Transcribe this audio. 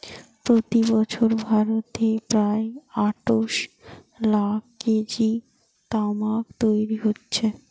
প্রতি বছর ভারতে প্রায় আটশ লাখ কেজি তামাক তৈরি হচ্ছে